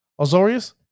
Azorius